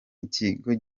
ikindi